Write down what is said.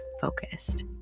focused